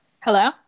Hello